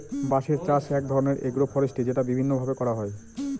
বাঁশের চাষ এক ধরনের এগ্রো ফরেষ্ট্রী যেটা বিভিন্ন ভাবে করা হয়